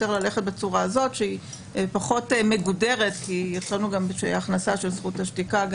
ללכת בצורה הזאת שהיא פחות מגודרת כי יש הכנסה של זכות השתיקה,